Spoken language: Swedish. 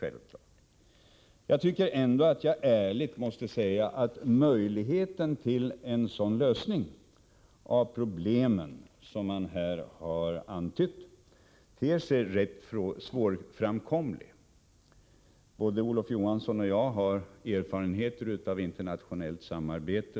Men jag måste ändå ärligt säga att den väg till en sådan lösning av problemen som han här antytt ter sig rätt svårframkomlig. Både Olof Johansson och jag har erfarenheter av internationellt samarbete.